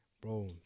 bro